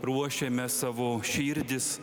ruošėme savo širdis